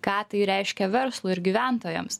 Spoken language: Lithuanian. ką tai reiškia verslui ir gyventojams